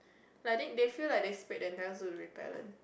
like I think they feel like they sprayed the entire zoo with repellent